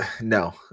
No